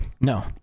no